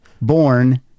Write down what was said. born